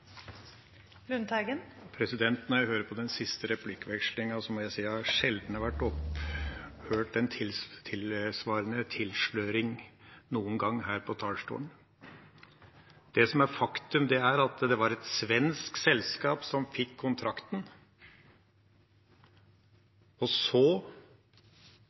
Når jeg hører på den siste replikkvekslingen, må jeg si jeg sjelden har hørt en tilsvarende tilsløring noen gang her på talerstolen. Det som er faktum, er at det var et svensk selskap som fikk kontrakten, og så